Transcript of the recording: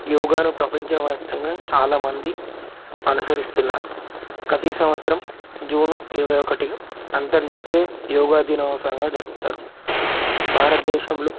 యోగాను ప్రపంచవ్యాప్తంగా చాలామంది అనుసరిస్తున్నారు ప్రతి సంవత్సరం జూను ఇరవై ఒకటిని అంతర్జాతీయ యోగా దినోత్సవంగా జరుపుతారు భారతదేశంలో